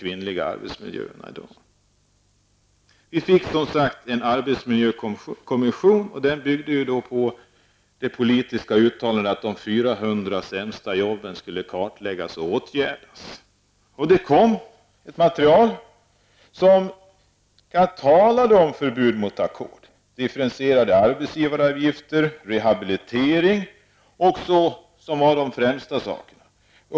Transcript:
Vi fick som sagt en arbetsmiljökommission. Den byggde på det politiska uttalandet att de 400 sämsta jobben skulle kartläggas och åtgärdas. Det kom ett material som talade om förbud mot ackord, om differentierade arbetsgivaravgifter och om rehabilitering.